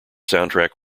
soundtrack